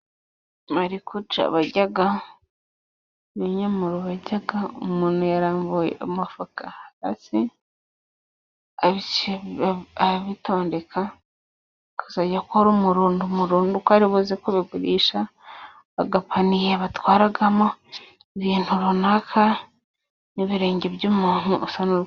Marakuja barya, ibinyomoro barya, umuntu yarambuye umufuka hasi, arabitondeka ,akazajya akora umurundo umurundo uko ari buze kubigurisha, agapaniye batwaramo ibintu runaka n'ibirenge by'umuntu usa nu...